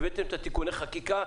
הבאתם את תיקוני החקיקה.